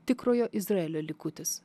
tikrojo izraelio likutis